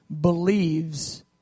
believes